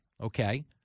okay